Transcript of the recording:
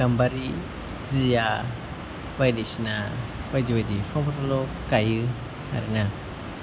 गाम्बारि जिया बायदिसिना बायदि बायदि बिफांफोरखौल' गायो आरो ना